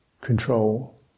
control